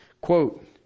Quote